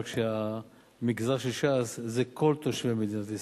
רק שהמגזר של ש"ס זה כל תושבי מדינת ישראל.